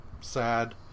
sad